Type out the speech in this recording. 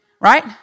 Right